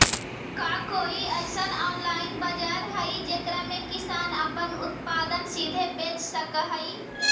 का कोई अइसन ऑनलाइन बाजार हई जेकरा में किसान अपन उत्पादन सीधे बेच सक हई?